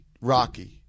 Rocky